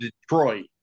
Detroit